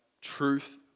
truth